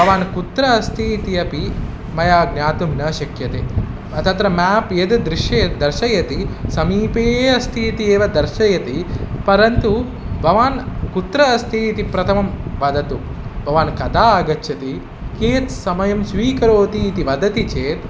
भवान् कुत्र अस्ति इति अपि मया ज्ञातुं न शक्यते तत्र म्याप् यद् दृश्य दर्शयति समीपे अस्ति इति एव दर्शयति परन्तु भवान् कुत्र अस्ति इति प्रथमं वदतु भवान् कदा आगच्छति कियत् समयं स्वीकरोति इति वदति चेत्